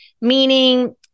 meaning